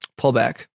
pullback